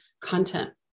content